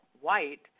white